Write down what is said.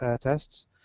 tests